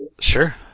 Sure